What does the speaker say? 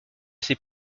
ses